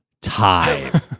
time